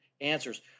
answers